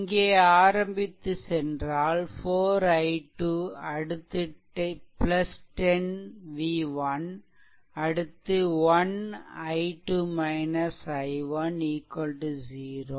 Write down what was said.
இங்கே ஆரம்பித்து சென்றால் 4 i2 அடுத்து 10 v1 அடுத்து 1 i2 i1 0